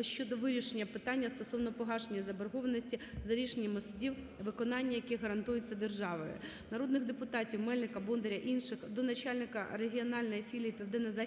щодо вирішення питання стосовно погашення заборгованості за рішеннями судів, виконання яких гарантується державою. групи народних депутатів (Мельника, Бондаря, інших) до начальника регіональної філії "ПІВДЕННО-ЗАХІДНА